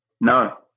No